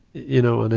you know, and